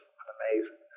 amazing